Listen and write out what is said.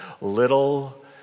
Little